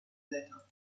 blätter